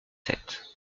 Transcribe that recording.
sept